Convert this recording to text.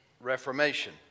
Reformation